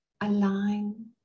align